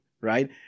right